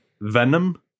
Venom